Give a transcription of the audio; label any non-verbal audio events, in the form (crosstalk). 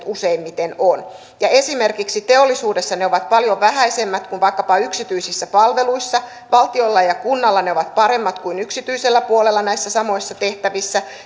(unintelligible) useimmiten on ja esimerkiksi teollisuudessa ne ovat paljon vähäisemmät kuin vaikkapa yksityisissä palveluissa valtiolla ja kunnalla ne ovat paremmat kuin yksityisellä puolella näissä samoissa tehtävissä